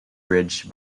bridge